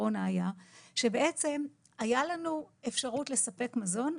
הקורונה היה שהייתה לנו אפשרות לספק מזון,